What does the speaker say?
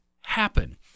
happen